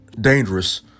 dangerous